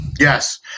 Yes